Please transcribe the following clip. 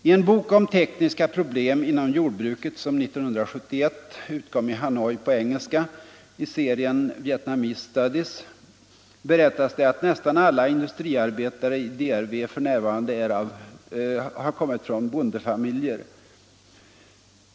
I en bok om tekniska problem inom jordbruket, som 1971 utkom i Hanoi på engelska i serien Vietnamese Studies, berättas det att nästan alla industriarbetare i DRV f.n. har kommit från bondefamiljer.